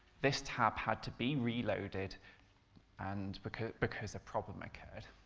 this tab had to be reloaded and because because a problem occurred.